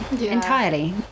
entirely